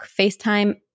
FaceTime